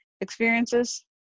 experiences